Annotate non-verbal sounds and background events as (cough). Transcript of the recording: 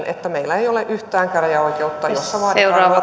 (unintelligible) että meillä ei ole yhtään käräjäoikeutta jossa